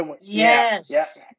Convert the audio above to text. Yes